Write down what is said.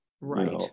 Right